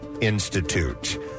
Institute